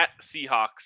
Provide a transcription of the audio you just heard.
Seahawks